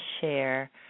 share